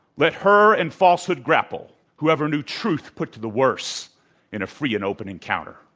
let her and falsehood grapple. whoever knew truth put to the worse in a free and open encounter.